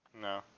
No